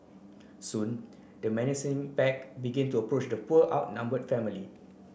soon the menacing pack began to approach the poor outnumbered family